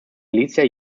militia